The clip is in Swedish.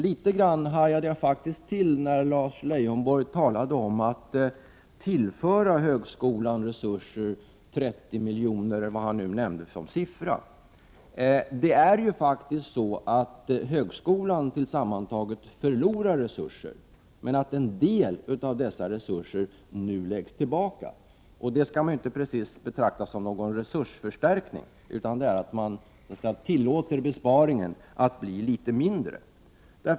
Litet grand hajade jag faktiskt till när Lars Leijonborg talade om att tillföra högskolan resurser, 30 milj.kr. eller vad han nu nämnde för siffra. Det är faktiskt så, att högskolan tillsammantaget förlorar resurser men att en del av dessa resurser nu läggs tillbaka. Det kan man inte precis betrakta som någon resursförstärkning, utan det innebär att besparingen tillåts bli litet mindre.